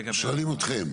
שואלים אתכם.